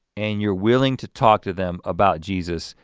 and you're willing to talk to them about jesus,